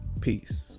Peace